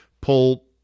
pull